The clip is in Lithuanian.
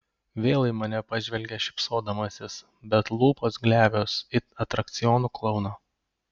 vėl į mane pažvelgia šypsodamasis bet lūpos glebios it atrakcionų klouno